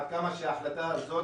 עד כמה ההחלטה הזאת,